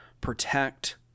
protect